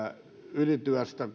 ylityöstä